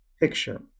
picture